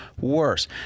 worse